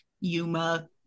Yuma